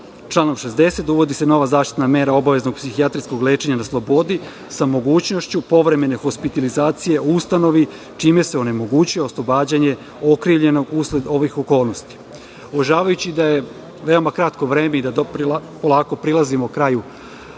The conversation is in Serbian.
60. uvodi se nova zaštitna mera obaveznog psihijatrijskog lečenja na slobodi, sa mogućnošću povremene hospitalizacije u ustanovi, čime se onemogućuje oslobađanje okrivljenog usled ovih okolnosti. Uvažavajući da je veoma kratko vreme i da polako prilazimo kraju